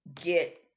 get